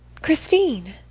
christine!